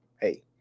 Hey